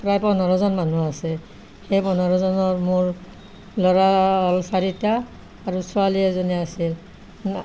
প্ৰায় পোন্ধৰজন মানুহ আছে সেই পোন্ধৰজনৰ মোৰ ল'ৰা হ'ল চাৰিটা আৰু ছোৱালী এজনী আছিল